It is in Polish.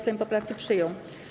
Sejm poprawki przyjął.